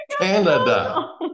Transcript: Canada